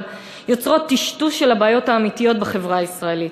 יוצרת טשטוש של הבעיות האמיתיות בחברה הישראלית.